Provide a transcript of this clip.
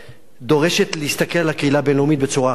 דורשת להסתכל על הקהילה הבין-לאומית בצורה אחרת.